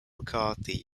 mccarthy